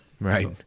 Right